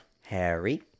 Harry